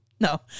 No